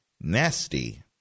nasty